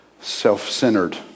self-centered